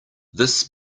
this